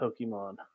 Pokemon